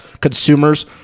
Consumers